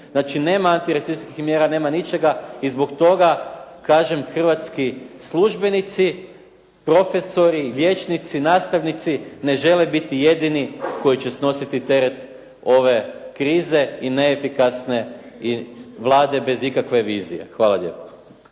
Znači, nema antirecesijskih mjera, nema ničega i zbog tog kažem hrvatski službenici, profesori, liječnici, nastavnici ne žele biti jedini koji će snositi teret ove krize i neefikasne Vlade bez ikakve vizije. Hvala lijepa.